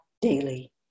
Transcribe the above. daily